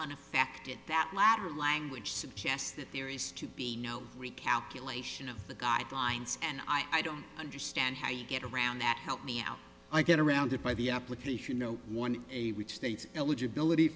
effect at that latter language suggests that there is to be no recalculation of the guidelines and i don't understand how you get around that help me out i get around it by the application no one which states eligibility